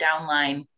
downline